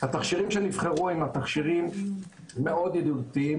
התכשירים שנבחרו הם תכשירים מאוד ידידותיים